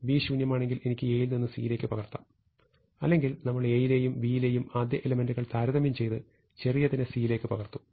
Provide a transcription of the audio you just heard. B ശൂന്യമാണെങ്കിൽ എനിക്ക് A യിൽ നിന്ന് C യിലേക്ക് പകർത്താം അല്ലെങ്കിൽ നമ്മൾ A യിലെയും B യിലെയും ആദ്യ എലെമെന്റുകൾ താരതമ്യം ചെയ്ത് ചെറിയതിനെ C യിലേക്ക് പകർത്തും